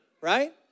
right